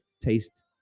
taste